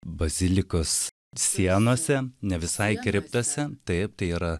bazilikos sienose ne visai kriptose taip tai yra